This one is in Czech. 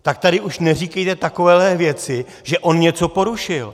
Tak tady už neříkejte takovéhle věci, že on něco porušil.